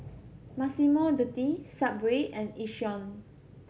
Massimo Dutti Subway and Yishion